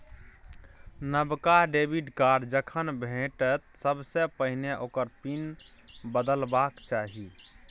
नबका debit card जखन भेटय तँ सबसे पहिने ओकर पिन बदलबाक चाही